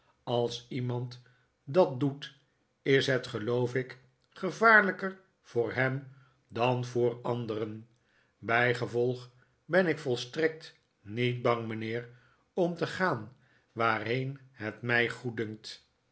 als iemand dat doet is het geloof ik gevaarlijker voor hem dan voor anderen bijgevolg ben ik steerforth s moeder volstrekt niet bang mijnheer om te gaan waarheen het mij